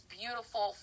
beautiful